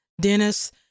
Dennis